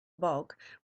bulk